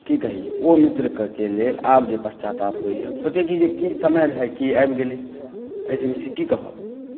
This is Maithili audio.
की कही ओ मित्रक लेल आब जे पश्चाताप होइए सोचै छी जे की समय रहै की आबि गेलै एहिसँ बेसी की कहब